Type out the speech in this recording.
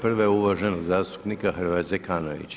Prva je uvaženog zastupnika Hrvoja Zekanovića.